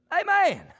Amen